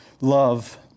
love